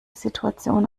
situation